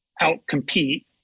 out-compete